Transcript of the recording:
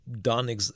done